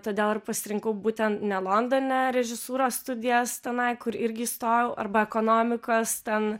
todėl ir pasirinkau būtent ne londone režisūros studijas tenai kur irgi įstojau arba ekonomikos ten